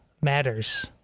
matters